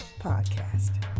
podcast